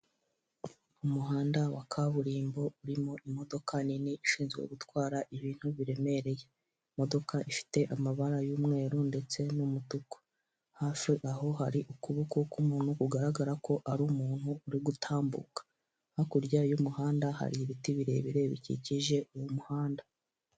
Umuhanda wa kaburimbo urimo imodoka nini ishinzwe gutwara ibintu biremereye imodoka ifite amabara y'umweru ndetse n'umutuku, hafi aho hari ukuboko k'umuntu kugaragara ko ari umuntu uri gutambuka, hakurya y'umuhanda hari ibiti birebire bikikije uwo muhanda.